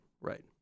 right